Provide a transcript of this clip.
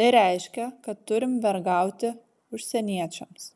tai reiškia kad turim vergauti užsieniečiams